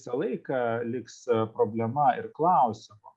visą laiką liks problema ir klausimu